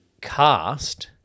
cast